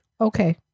Okay